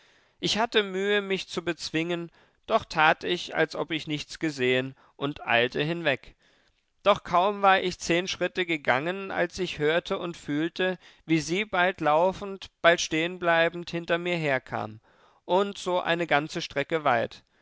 ich hatte mühe mich zu bezwingen doch tat ich als ob ich nichts gesehen und eilte hinweg doch kaum war ich zehn schritte gegangen als ich hörte und fühlte wie sie bald laufend bald stehenbleibend hinter mir herkam und so eine ganze strecke weit